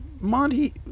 Monty